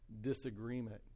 disagreement